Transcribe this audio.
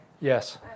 yes